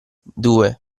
due